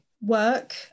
work